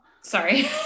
Sorry